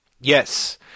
Yes